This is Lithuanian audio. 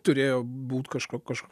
turėjo būt kažko kažkok